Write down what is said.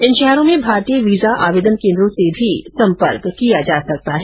इन शहरों में भारतीय वीजा आवेदन केन्द्रों से भी संपर्क किया जा सकता है